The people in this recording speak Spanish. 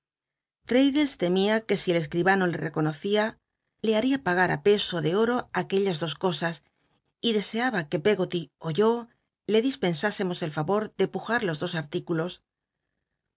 temía que si el escl'ibano le reconocía le baria pagar í peso de oro aquellas dos cosas y deseaba que peggoty ó yo le dispens ísemos el favor de pu jar los dos mtículos